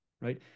Right